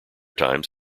times